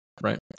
right